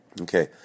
Okay